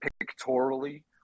pictorially